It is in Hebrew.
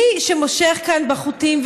מי שמושך כאן בחוטים,